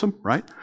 right